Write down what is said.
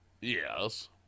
yes